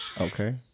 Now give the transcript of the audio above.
Okay